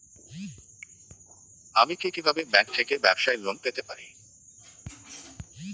আমি কি কিভাবে ব্যাংক থেকে ব্যবসায়ী লোন পেতে পারি?